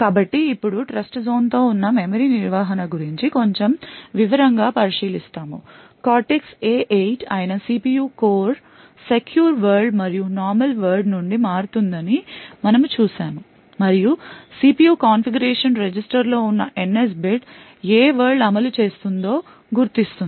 కాబట్టి ఇప్పుడు ట్రస్ట్జోన్తో ఉన్న మెమరీ నిర్వహణ గురించి కొంచెం వివరంగా పరిశీలిస్తాము కార్టెక్స్ A8 అయిన CPU కోర్ సెక్యూర్ వరల్డ్మరియు నార్మల్ వరల్డ్ నుండి మారుతుందని మనము చూశాము మరియు CPU కాన్ఫిగరేషన్ రిజిస్టర్లో ఉన్న NS బిట్ ఏ వరల్డ్ అమలు చేస్తుందో గుర్తిస్తుంది